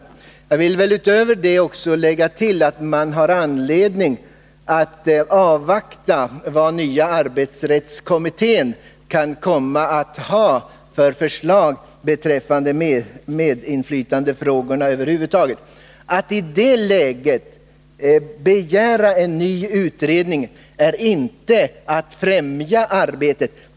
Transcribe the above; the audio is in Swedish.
Jag vill utöver detta säga att man har anledning att avvakta vilka förslag den nya arbetsrättskommittén kan komma att lägga fram beträffande medinflytandefrågorna över huvud taget. Att i det läget begära en ny utredning är alltså inte att främja arbetet.